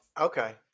Okay